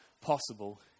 possible